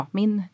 min